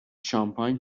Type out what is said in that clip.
شامپاین